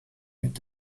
mit